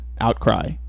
outcry